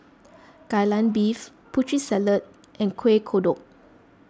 Kai Lan Beef Putri Salad and Kuih Kodok